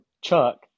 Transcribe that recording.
Chuck